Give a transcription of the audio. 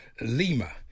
Lima